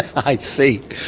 i see.